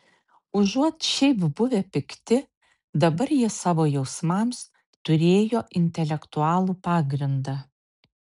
užuot šiaip buvę pikti dabar jie savo jausmams turėjo intelektualų pagrindą